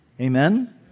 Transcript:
Amen